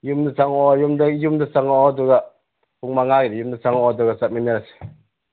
ꯌꯨꯝꯗ ꯆꯪꯉꯛꯑꯣ ꯌꯨꯝꯗ ꯌꯨꯝꯗ ꯆꯪꯉꯛꯑꯣ ꯑꯗꯨꯒ ꯄꯨꯡ ꯃꯉꯥꯒꯤꯗ ꯌꯨꯝꯗ ꯆꯪꯉꯛꯑꯣ ꯑꯗꯨꯒ ꯆꯠꯃꯤꯟꯅꯔꯁꯤ